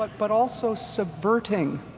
but but also subverting,